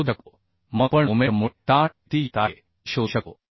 शोधू शकतो मग आपण मोमेंट मुळे ताण किती येत आहे हे शोधू शकतो